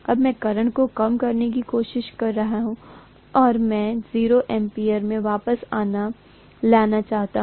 अब मैं करंट को कम करने की कोशिश कर रहा हूं और मैं इसे 0 एम्पीयर में वापस लाना चाहता हूं